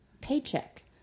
paycheck